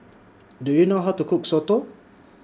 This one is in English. Do YOU know How to Cook Soto